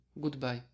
Goodbye